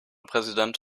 präsident